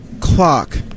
clock